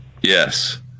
Yes